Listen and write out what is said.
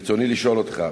ברצוני לשאול אותך: